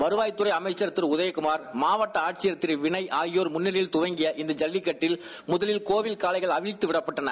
வருவாய்த்தலற அமைச்சர் உதயகுமார் மாவட்ட ஆட்சியர் திரு விளப் ஆகியோர் முன்னிலையில் தொடங்கிய இந்த ஜல்லிக்கட்டு முதலில் கோவில் காளைகள் அவிழ்த்தவிடப்பட்டன